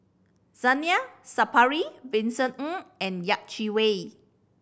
Zainal Sapari Vincent Ng and Yeh Chi Wei